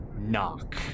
knock